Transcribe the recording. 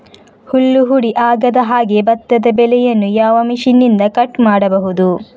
ಹುಲ್ಲು ಹುಡಿ ಆಗದಹಾಗೆ ಭತ್ತದ ಬೆಳೆಯನ್ನು ಯಾವ ಮಿಷನ್ನಿಂದ ಕಟ್ ಮಾಡಬಹುದು?